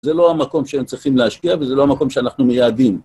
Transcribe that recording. זה לא המקום שהם צריכים להשקיע, וזה לא המקום שאנחנו מייעדים.